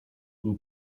był